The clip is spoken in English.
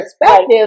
perspective